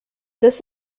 this